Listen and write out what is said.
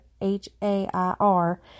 H-A-I-R